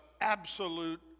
absolute